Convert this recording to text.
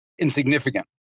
insignificant